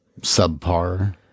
subpar